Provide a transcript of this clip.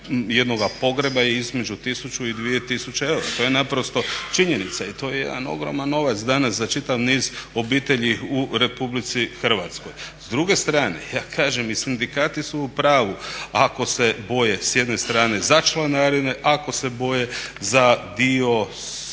jednog pogreba je između 1000 i 2000 eura, to je naprosto činjenica i to je jedan ogroman novac danas za čitav niz obitelji u Republici Hrvatskoj. S druge strane, ja kažem i sindikati su u pravu ako se boje s jedne strane za članarine, ako se boje za dio svog